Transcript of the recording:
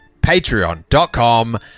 patreon.com